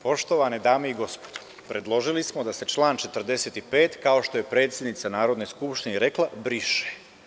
Poštovane dame i gospodo, predložili smo da se član 45, kao što je predsednica Narodne skupštine rekla, briše.